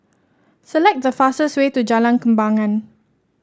select the fastest way to Jalan Kembangan